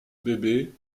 bébé